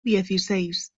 dieciséis